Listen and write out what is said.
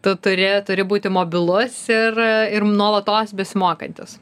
tu turi turi būti mobilus ir ir nuolatos besimokantis